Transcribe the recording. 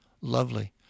lovely